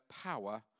power